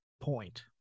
point